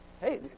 Hey